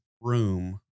room